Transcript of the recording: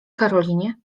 karolinie